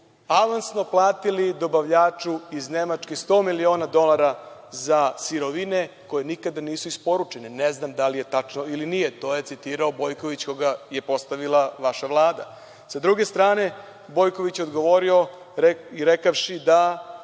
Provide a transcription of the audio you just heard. avansno platili dobavljaču iz Nemačke 100 miliona dolara za sirovine koje nikada nisu isporučene. Ne znam da li je tačno ili nije. To je citirao Bojan Bojković koga je postavila vaša Vlada. Sa druge strane, Bojković je odgovorio rekavši da